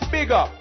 Bigger